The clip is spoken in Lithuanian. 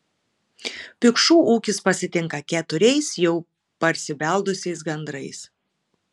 pikšų ūkis pasitinka keturiais jau parsibeldusiais gandrais